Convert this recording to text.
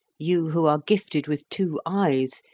you who are gifted with two eyes,